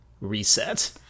reset